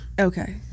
Okay